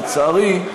לצערי,